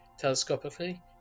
Telescopically